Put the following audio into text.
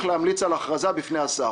צריך להוציא אותה אל הפועל.